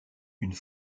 une